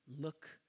look